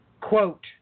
quote